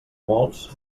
molts